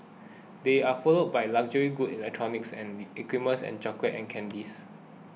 they are followed by luxury goods electronics and equipment and chocolates and candies